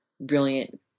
brilliant